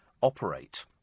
operate